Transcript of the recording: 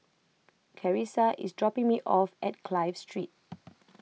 Charissa is dropping me off at Clive Street